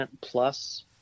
plus